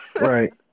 Right